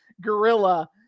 Gorilla